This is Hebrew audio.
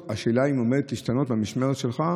השאלה היא אם המדיניות הזאת עומדת להשתנות במשמרת שלך.